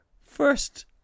first